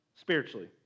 spiritually